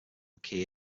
key